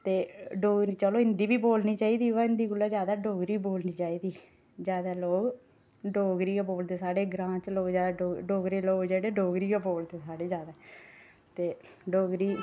ते डोगरी चलो हिंदी बी बोलनी चाहिदी पर ओह्दे कोला जादै डोगरी बोलनी चाहिदी ते जादै लोक डोगरी गै बोलदे साढ़े ग्रांऽ बिच लोक जादै डोगरे लोक जेह्ड़े डोगरी गै बोलदे साढ़े जादै ते डोगरी